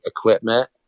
equipment